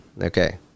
Okay